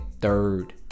third